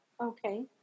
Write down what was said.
okay